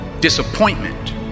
disappointment